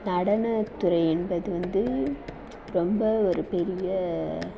நடனத்துறை என்பது வந்து ரொம்ப ஒரு பெரிய